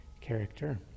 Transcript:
character